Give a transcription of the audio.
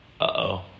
uh-oh